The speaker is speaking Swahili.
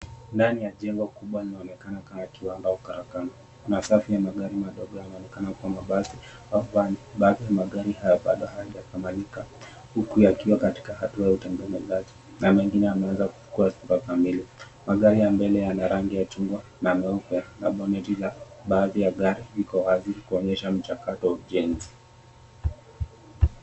Ndani ya jengo kubwa linaonekana kama kiwanda ya ukarakano na safu ya magari madogo yanaonekana kua mabasi. Baadhi ya magari hayo bado hayajakamalika huku yakiwa katika hatua ya utengenezaji na mengine yameweza kuchukua sifa kamili. Magari ya mbele ya rangi ya chungwa na meupe na boneti la baadhi ya gari liko wazi kuonyesha mchakato wa ujenzi.